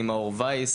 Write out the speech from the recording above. אני מאור וייס,